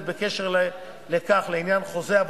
במקרים שבהם פעל המעסיק בזדון והפר את חוק ההודעה